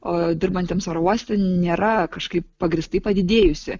o dirbantiems oro uoste nėra kažkaip pagrįstai padidėjusi